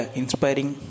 inspiring